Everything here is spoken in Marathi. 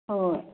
होय